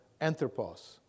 anthropos